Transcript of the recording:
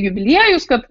jubiliejus kad